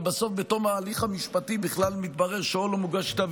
ובסוף בתום ההליך המשפטי בכלל מתברר שאו שלא מוגש כתב